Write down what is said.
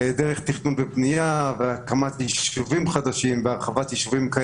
תכנון ובנייה, הקמת יישובים חדשים, הרחבת יישובים,